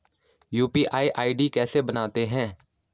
UPI ID कैसे बनाते हैं?